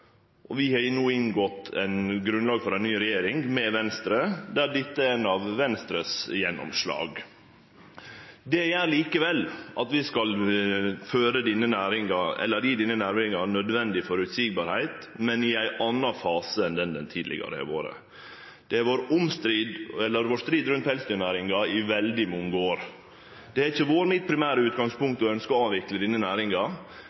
og vi har no inngått grunnlag for ei ny regjering med Venstre, der dette er eitt av dei gjennomslaga Venstre har fått. Det gjer likevel at vi skal gje denne næringa nødvendige føreseielege rammer, men i ein annan fase enn det tidlegare har vore. Det har vore strid rundt pelsdyrnæringa i veldig mange år. Det har ikkje vore mitt primære utgangspunkt å ønskje å avvikle denne næringa,